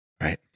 Right